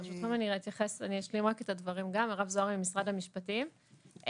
מרב זוהרי ממשרד המשפטים,